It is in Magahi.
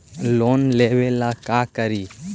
लोन लेबे ला का करि?